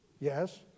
Yes